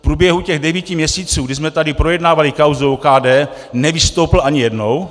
V průběhu těch devíti měsíců, kdy jsme tady projednávali kauzu OKD, nevystoupil ani jednou.